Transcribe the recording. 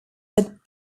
that